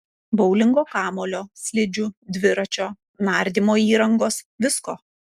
boulingo kamuolio slidžių dviračio nardymo įrangos visko